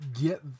get